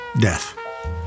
death